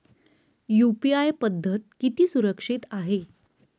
UPI पद्धत किती सुरक्षित आहे?